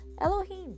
Elohim